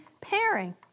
pairing